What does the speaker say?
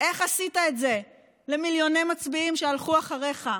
איך עשית את זה למיליוני מצביעים שהלכו אחריך?